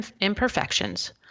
imperfections